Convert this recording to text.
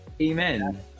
Amen